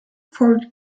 forced